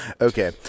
Okay